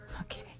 Okay